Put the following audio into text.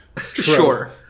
Sure